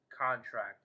contract